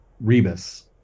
Rebus